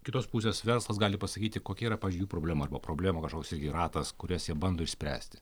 kitos pusės verslas gali pasakyti kokia yra pavyzdžiui jų problema arba problemų kažkoks irgi ratas kurias jie bando išspręsti